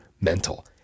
mental